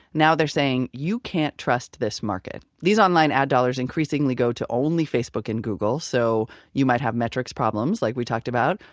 now they're saying, you can't trust this market. these online ad dollars increasingly go to only facebook and google, so you might have metrics problems like we talked about.